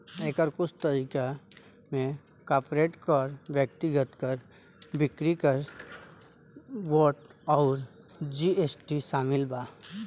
एकर कुछ तरीका में कॉर्पोरेट कर, व्यक्तिगत कर, बिक्री कर, वैट अउर जी.एस.टी शामिल बा